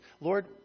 Lord